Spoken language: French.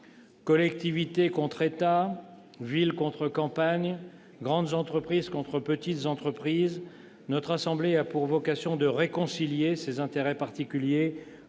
Collectivités contre État, villes contre campagnes, grandes entreprises contre petites entreprises : notre assemblée a pour vocation de réconcilier ces intérêts particuliers